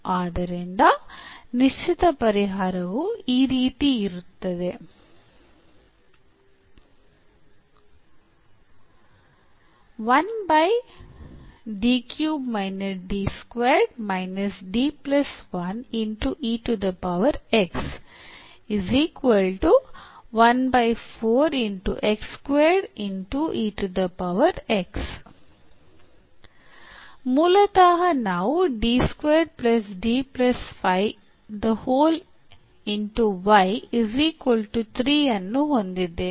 ಆದ್ದರಿಂದ ನಿಶ್ಚಿತ ಪರಿಹಾರವು ಈ ರೀತಿ ಇರುತ್ತದೆ ಮೂಲತಃ ನಾವು ಅನ್ನು ಹೊಂದಿದ್ದೇವೆ